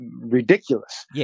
ridiculous